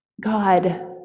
God